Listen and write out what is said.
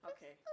Okay